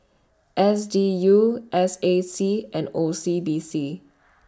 S D U S A C and O C B C